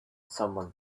someone